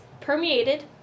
permeated